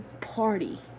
party